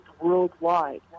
worldwide